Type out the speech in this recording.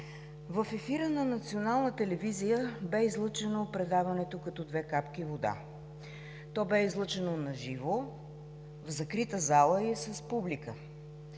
телевизия бе излъчено предаването „Като две капки вода“. То бе излъчено на живо, в закрита зала и с публика.